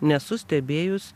nesu stebėjus